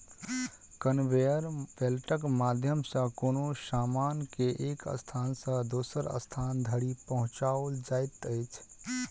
conveyor बेल्टक माध्यम सॅ कोनो सामान के एक स्थान सॅ दोसर स्थान धरि पहुँचाओल जाइत अछि